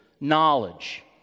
knowledge